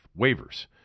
waivers